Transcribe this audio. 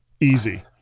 Easy